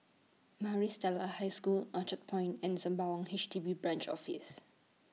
Maris Stella High School Orchard Point and Sembawang H D B Branch Office